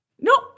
Nope